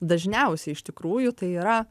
dažniausiai iš tikrųjų tai yra